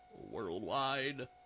worldwide